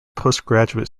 postgraduate